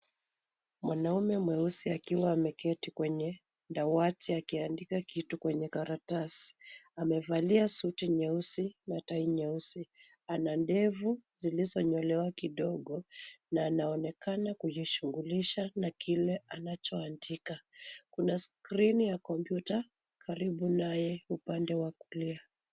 Mwanaume mweusi akiwa ameketi kwenye dawati akiandika kitu kwenye karatasi. Amevalia suti nyeusi na tai nyeusi. Ana ndevu zilizonyolewa kidogo na anaonekana kujishughulisha na kile anachoandika. Kuna skrini ya kompyuta karibu naye upande wa kulia.